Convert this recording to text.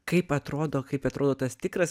kaip atrodo kaip atrodo tas tikras